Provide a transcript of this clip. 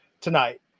tonight